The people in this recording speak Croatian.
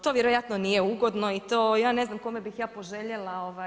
To vjerojatno nije ugodno i to ja ne znam kome bih ja poželjela.